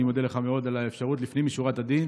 אני מודה לך מאוד על האפשרות לפנים משורת הדין.